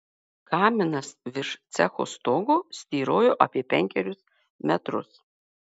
kaminas virš cecho stogo styrojo apie penkerius metrus